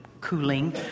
cooling